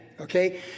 Okay